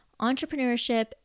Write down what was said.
entrepreneurship